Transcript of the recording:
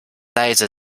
leise